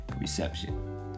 reception